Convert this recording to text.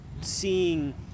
seeing